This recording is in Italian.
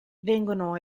vengono